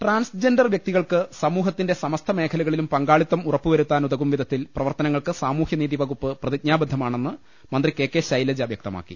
transgender വൃക്തികൾക്ക് സമൂഹത്തിന്റെ സമസ്ത മേഖലകളിലും പങ്കാളിത്തം ഉറപ്പുവരുത്താനുതകും വിധത്തിൽ പ്രവർത്തനങ്ങൾക്ക് സാമൂഹ്യനീതി വകുപ്പ് പ്രതിജ്ഞാബദ്ധമാ ണെന്ന് മന്ത്രി കെ കൈ ശൈലജ വ്യക്തമാക്കി